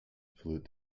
polluted